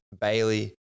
Bailey